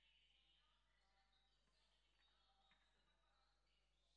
ברשות יושב-ראש הישיבה, הינני מתכבדת להודיעכם,